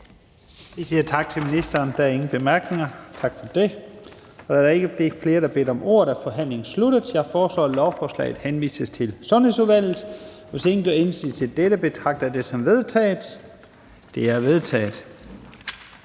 Vi siger tak til ministeren. Der er ingen korte bemærkninger. Da der ikke er flere, der har bedt om ordet, er forhandlingen sluttet. Jeg foreslår, at lovforslaget henvises til Sundhedsudvalget. Hvis ingen gør indsigelse mod dette, betragter jeg dette som vedtaget. Det er vedtaget.